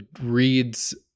reads